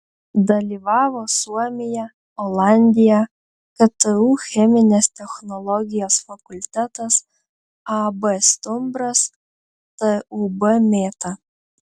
dalyvavo suomija olandija ktu cheminės technologijos fakultetas ab stumbras tūb mėta